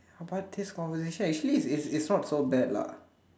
but this conversation actually it's it's it's not so bad lah